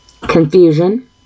confusion